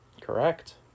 Correct